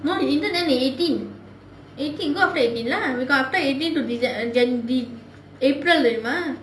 no the intern done on eighteen go after eighteen lah we got after eighteen to january april தெரியுமா:theriyumaa